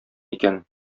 икән